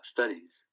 Studies